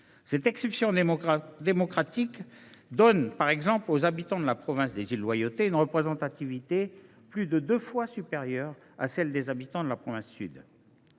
Cette exception démocratique donne ainsi aux habitants de la province des îles Loyauté une représentativité plus de deux fois supérieure à celle des habitants de la province Sud.